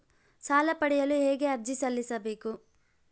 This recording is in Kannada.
ಸಾಲ ಪಡೆಯಲು ಹೇಗೆ ಅರ್ಜಿ ಸಲ್ಲಿಸಬೇಕು?